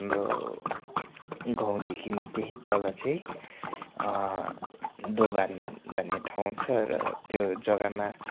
हाम्रो गाउँदेखि केही तल चाहिँ दोभान भन्ने ठाउँ छ र त्यो जग्गामा